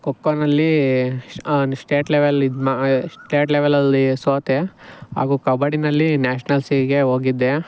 ಖೋಖೋನಲ್ಲಿ state ಲೆವೆಲಿದು ಮಾ state ಲೆವೆಲಲ್ಲಿ ಸೋತೆ ಹಾಗೂ ಕಬಡ್ಡಿನಲ್ಲಿ ನ್ಯಾಷ್ನಲ್ಸಿಗೆ ಹೋಗಿದ್ದೆ